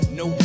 no